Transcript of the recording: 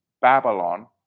Babylon